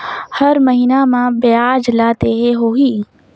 हर महीना मा ब्याज ला देहे होही?